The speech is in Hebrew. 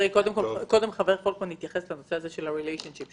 קודם חבר הכנסת פולקמן התייחס לנושא הזה של ה-relationship,